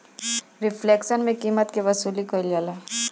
reflection में कीमत के वसूली कईल जाला